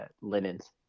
linens